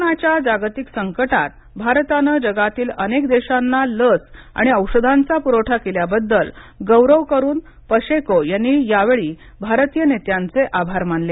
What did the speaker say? कोरोनाच्या जागतिक संकटात भारताने जगातील अनेक देशांना लस आणि औषधांचा पुरवठा केल्याबद्दल गौरव करून पशेको यांनी यावेळी भारतीय नेत्यांचे आभार मानले